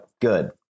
good